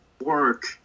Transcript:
work